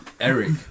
Eric